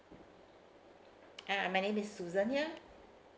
ah my name is susan here